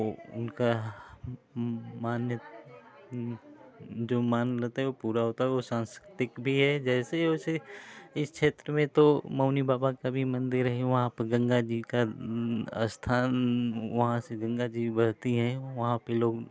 वो उनका मान्य जो मान्य रहता है वो पूरा होता है वो सांस्कृतिक भी है जैसे वैसे इस क्षेत्र में तो मौनी बाबा का भी मंदिर है वहाँ पर गंगा जी का स्थान वहाँ से गंगा जी भी बहती हैं वहाँ पर लोग